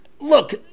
look